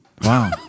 Wow